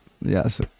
yes